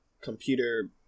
computer